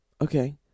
okay